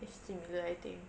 it's similar I think